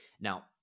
Now